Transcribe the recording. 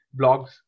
blogs